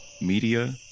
Media